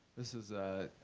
this is a,